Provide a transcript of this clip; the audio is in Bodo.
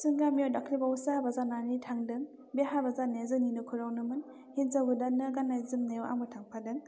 जोंनि गामियाव दाख्लि बावैसो हाबा जानानै थांदों बे हाबा जानाया जोंनि न'खरावनोमोन हिनजाव गोदाननो गाननाय जोमनायाव आंबो थांफादों